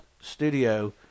studio